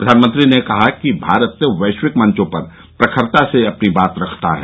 प्रधानमंत्री ने कहा कि भारत वैश्विक मंचों पर प्रखरता से अपनी बात रखता है